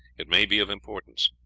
it may be of importance.